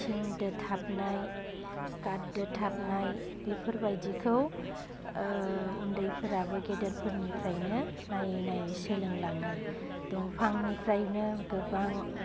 थिं दोथाबनाय काट दोथाबनाय बेफोरबायदिखौ उन्दैफोराबो गेदेरफोरनिफ्राइनो नायै नायै सोलोंलाङो दंफांनिफ्राइनो गोबां